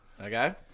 Okay